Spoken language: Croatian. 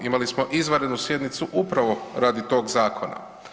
Imali smo izvanrednu sjednicu upravo radi tog zakona.